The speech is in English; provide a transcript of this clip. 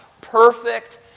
perfect